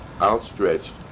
outstretched